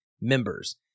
members